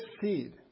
seed